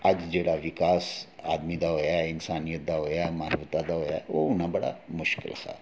अज्ज जेह्ड़ा विकास आदमी दा होएआ ऐ इंसानियत दा होएआ ऐ मानवता दा होएआ ऐ ओह् होना बड़ा मुश्कल सा